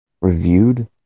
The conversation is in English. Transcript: reviewed